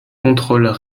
contrôlent